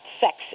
sex